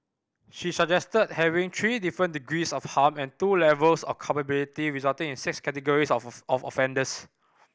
she suggested having three different degrees of harm and two levels of culpability resulting in six categories of offenders